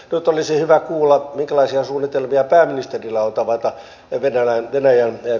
nyt olisi hyvä kuulla minkälaisia suunnitelmia pääministerillä on tavata venäjän kollega